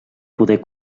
poder